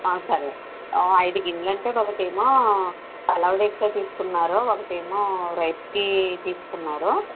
ఆ సరే ఐదు గిన్నెలు అంటే ఒకటేమో పులావ్ రైస్లోకి తీసుకున్నారు ఒకటేమో రైస్కి తీసుకున్నారు